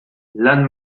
lan